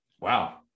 Wow